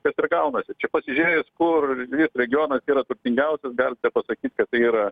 taip ir gaunasi čia pasižiūrėjus kuris regionas yra turtingiausias galite pasakyt kad tai yra